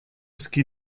ski